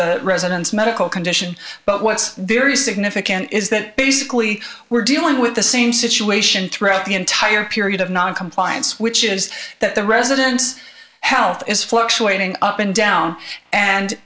the residence medical condition but what's very significant is that basically we're dealing with the same situation throughout the entire period of noncompliance which is that the residence health is fluctuating up and down and